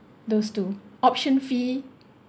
those two option fee